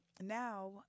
now